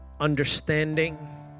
understanding